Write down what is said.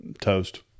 Toast